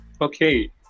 Okay